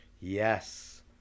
Yes